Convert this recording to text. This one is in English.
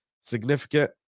significant